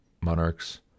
monarchs